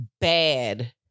bad